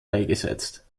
beigesetzt